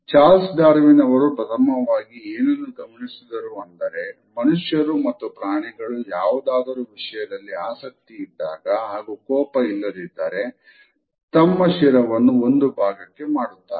Charles Darwin ಅವರು ಪ್ರಥಮವಾಗಿ ಏನನ್ನು ಗಮನಿಸಿದರು ಅಂದರೆ ಮನುಷ್ಯರು ಮತ್ತು ಪ್ರಾಣಿಗಳು ಯಾವುದಾದರೂ ವಿಷಯದಲ್ಲಿ ಆಸಕ್ತಿ ಇದ್ದಾಗ ಹಾಗು ಕೋಪ ಇಲ್ಲದಿದ್ದರೆ ತಮ್ಮ ಶಿರವನ್ನು ಒಂದು ಭಾಗಕ್ಕೆ ಮಾಡುತ್ತಾರೆ